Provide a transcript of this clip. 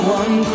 one